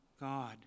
God